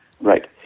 Right